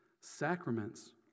Sacraments